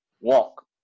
walk